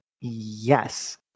Yes